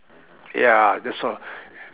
ya that's all